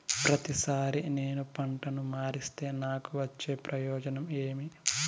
ప్రతిసారి నేను పంటను మారిస్తే నాకు వచ్చే ప్రయోజనం ఏమి?